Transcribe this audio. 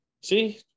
see